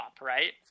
right